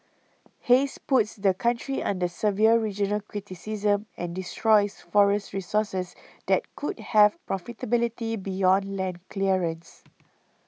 haze puts the country under severe regional criticism and destroys forest resources that could have profitability beyond land clearance